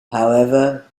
however